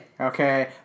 Okay